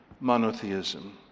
monotheism